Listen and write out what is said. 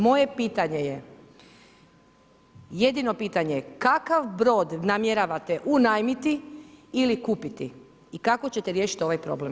Moje pitanje je, jedino pitanje, kakav brod namjeravate unajmiti ili kupiti i kako ćete riješiti ovaj problem?